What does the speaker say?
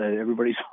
everybody's